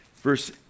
Verse